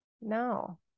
No